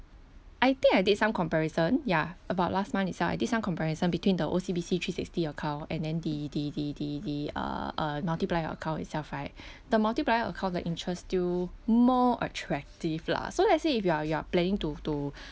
I think I did some comparison ya about last month itself I did some comparison between the O_C_B_C three sixty account and then the the the the the uh uh multiplier account itself right the multiplier account the interest still more attractive lah so let's say if you're you're planning to to